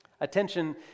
Attention